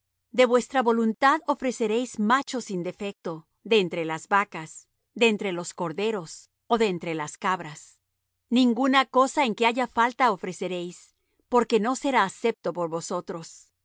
de vuestra voluntad ofreceréis macho sin defecto de entre las vacas de entre los corderos ó de entre las cabras ninguna cosa en que haya falta ofreceréis porque no será acepto por vosotros